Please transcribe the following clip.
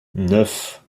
neuf